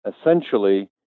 essentially